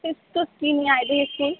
ते तुस की नि आए दे हे स्कूल